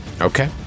okay